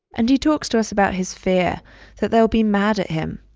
and he talks to us about his fear that they'll be mad at him,